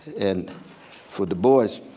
and for du bois